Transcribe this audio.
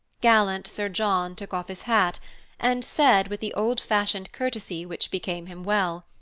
gallant sir john took off his hat and said, with the old-fashioned courtesy which became him well,